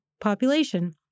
population